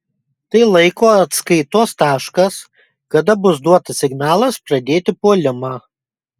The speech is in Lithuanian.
tai laiko atskaitos taškas kada bus duotas signalas pradėti puolimą